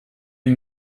они